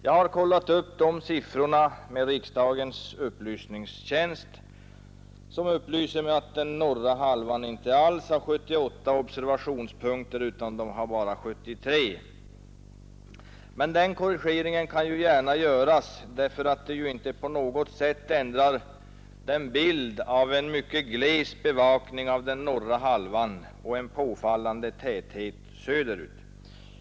Jag har kollat de siffrorna hos riksdagens upplysningstjänst, som upplyser att den norra halvan inte alls har 78 observationspunkter utan bara 73. Men den korrigeringen kan ju gärna göras, därför att det ju inte på något sätt ändrar bilden av en mycket gles bevakning av den norra halvan och en påfallande täthet söderut.